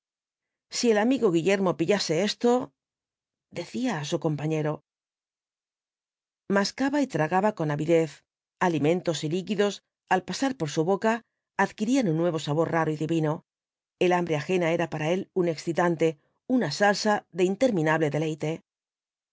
si el amigo guillermo pillase esto decía á su compañero mascaba y tragaba con avidez alimentos y líquidos al pasar por su boca adquirían un nuevo sabor raro y divino el hambre ajena ei'a para él un excitante una salsa de interminable deleite